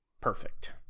perfect